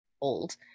old